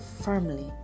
firmly